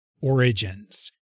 origins